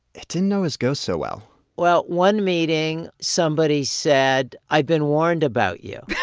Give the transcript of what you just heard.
it didn't always go so well well, one meeting, somebody said i've been warned about you.